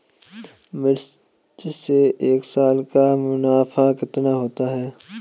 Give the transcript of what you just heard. मिर्च से एक साल का मुनाफा कितना होता है?